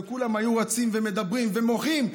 כולם היו רצים ומדברים ומוחים.